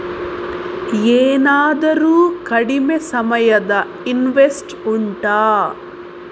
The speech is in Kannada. ಏನಾದರೂ ಕಡಿಮೆ ಸಮಯದ ಇನ್ವೆಸ್ಟ್ ಉಂಟಾ